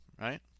right